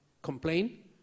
complain